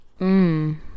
Mmm